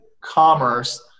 commerce